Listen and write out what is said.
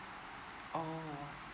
orh